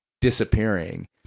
disappearing